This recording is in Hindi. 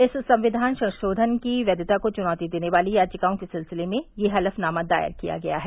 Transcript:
इस संविधान संशोधन की वैधता को चुनौती देने वाली याचिकाओं के सिलसिले में यह हलफनामा दाखिल किया गया है